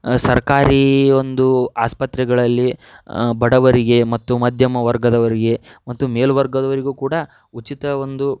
ಸರ್ಕಾರಿ ಒಂದು ಆಸ್ಪತ್ರೆಗಳಲ್ಲಿ ಬಡವರಿಗೆ ಮತ್ತು ಮಧ್ಯಮ ವರ್ಗದವರಿಗೆ ಮತ್ತು ಮೇಲ್ವರ್ಗದವರಿಗೂ ಕೂಡ ಉಚಿತ ಒಂದು